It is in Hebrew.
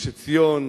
גוש-עציון,